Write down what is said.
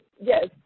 yes